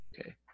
Okay